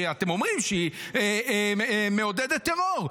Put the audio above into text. שאתם אומרים שהיא מעודדת טרור.